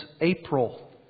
April